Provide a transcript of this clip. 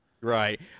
Right